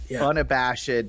unabashed